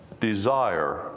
desire